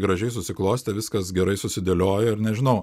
gražiai susiklostė viskas gerai susidėliojo ir nežinau